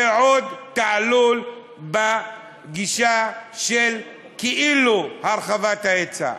זה עוד תעלול בגישה של כאילו הרחבת ההיצע.